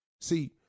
See